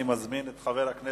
אני מזמין את חבר הכנסת